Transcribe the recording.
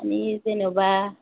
मानि जेन'बा